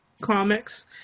comics